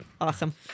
awesome